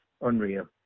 Unreal